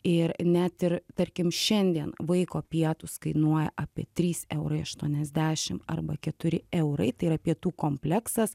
ir net ir tarkim šiandien vaiko pietūs kainuoja apie trys eurai aštuoniasdešim arba keturi eurai tai yra pietų kompleksas